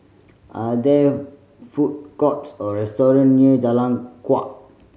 are there food courts or restaurant near Jalan Kuak